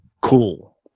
Cool